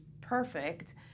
perfect